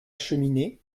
cheminée